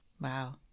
Wow